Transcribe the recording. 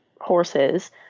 horses